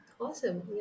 awesome